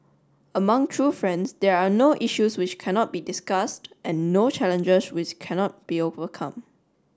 among true friends there are no issues which cannot be discussed and no challenges which cannot be overcome